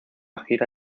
gira